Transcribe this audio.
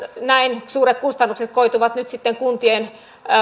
näin suuret kustannukset koituvat sitten kuntien